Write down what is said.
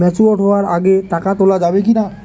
Mature হওয়ার আগে টাকা তোলা যাবে কিনা?